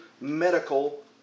medical